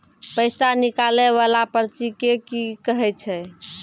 पैसा निकाले वाला पर्ची के की कहै छै?